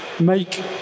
make